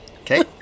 Okay